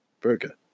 burger